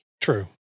true